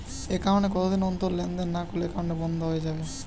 Account এ কতদিন অন্তর লেনদেন না করলে একাউন্টটি কি বন্ধ হয়ে যাবে?